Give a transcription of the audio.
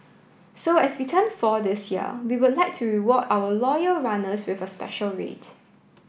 so as we turn four this year we would like to reward our loyal runners with a special rate